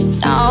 no